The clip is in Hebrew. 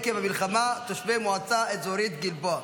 עקב המלחמה, תושבי מועצה אזורית גלבוע.